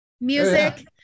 music